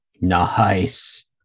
Nice